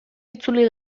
itzuli